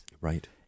Right